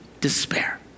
despair